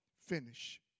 finish